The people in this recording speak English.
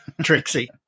Trixie